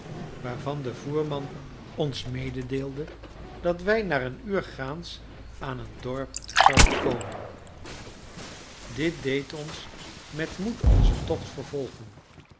waarvan de voerman ons mededeelde dat wij na een uur gaans aan een dorp zouden komen dit deed ons met moed onzen tocht vervolgen